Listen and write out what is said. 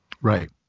right